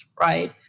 right